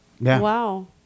Wow